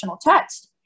text